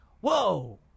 whoa